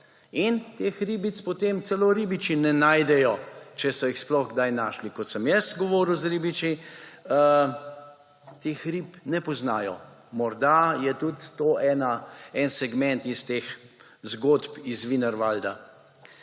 teh ribic celo ribiči ne najdejo, če so jih sploh kdaj našli. Kot sem jaz govoril z ribiči teh, rib ne poznajo. Morda je to tudi en segment iz teh zgodb iz Wienerwalda.